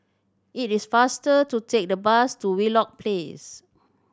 it is faster to take the bus to Wheelock Place